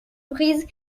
reprises